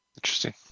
Interesting